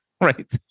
Right